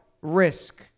risk